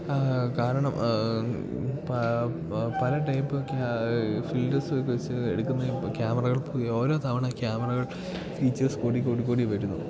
കാരണം പല type filters ഒക്കെവെച്ച് എടുക്കുന്നത് ക്യാമറകൾ ഓരോ തവണ ക്യാമറകൾ ഫീച്ചേഴ്സ് കൂടിക്കൂടി കൂടി വരുന്നു